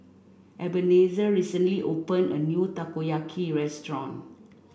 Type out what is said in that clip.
Ebenezer recently open a new Takoyaki restaurant